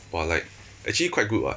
!wah! like actually quite good [what]